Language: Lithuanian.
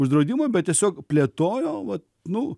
uždraudimo bet tiesiog plėtojo vat nu